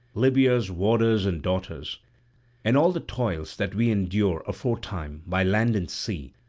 libya's warders and daughters and all the toils that we endured aforetime by land and sea,